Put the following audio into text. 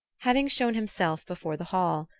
having shown himself before the hall,